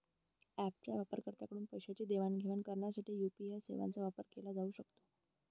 ऍपच्या वापरकर्त्यांकडून पैशांची देवाणघेवाण करण्यासाठी यू.पी.आय सेवांचा वापर केला जाऊ शकतो